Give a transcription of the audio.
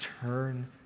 turn